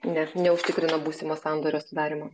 ne neužtikrina būsimo sandorio sudarymo